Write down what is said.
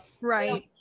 right